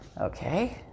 Okay